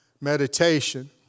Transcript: meditation